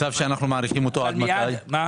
הצו שאנו מאריכים אותו, למתי?